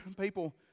people